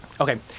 Okay